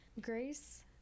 grace